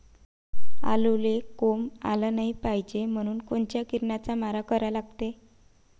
आलूले कोंब आलं नाई पायजे म्हनून कोनच्या किरनाचा मारा करा लागते?